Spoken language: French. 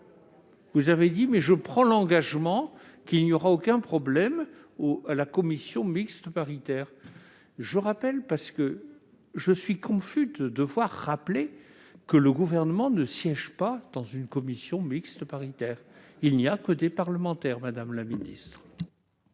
Vous avez dit, en effet, prendre l'engagement qu'il n'y aurait aucun problème lors de la commission mixte paritaire. Je suis confus de devoir rappeler que le Gouvernement ne siège pas dans une commission mixte paritaire. Il n'y a que des parlementaires, madame la ministre.